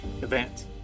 event